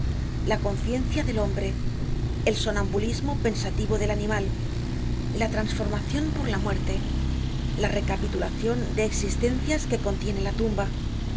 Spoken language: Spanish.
la conciencia del hombre el somnambulismo pensativo del animal la trasformacion por la muerte la recapitulacion de existencias que contiene la tumba el